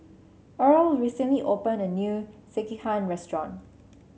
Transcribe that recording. Erle recently opened a new Sekihan Restaurant